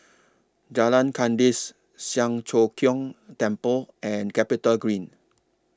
Jalan Kandis Siang Cho Keong Temple and Capitagreen